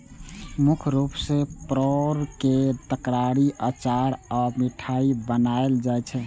मुख्य रूप सं परोर के तरकारी, अचार आ मिठाइ बनायल जाइ छै